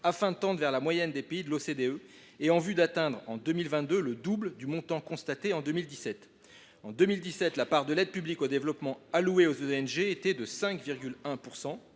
afin de tendre vers la moyenne des pays de l’OCDE et en vue d’atteindre en 2022 le double du montant constaté en 2017. En 2017, la part de l’aide publique au développement attribuée aux ONG était de 5,1 %.